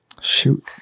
Shoot